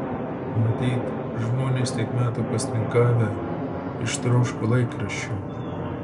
matyt žmonės tiek metų pasninkavę ištroško laikraščių